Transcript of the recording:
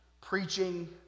preaching